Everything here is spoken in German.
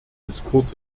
diskurs